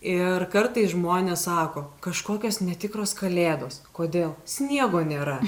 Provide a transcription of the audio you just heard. ir kartais žmonės sako kažkokios netikros kalėdos kodėl sniego nėra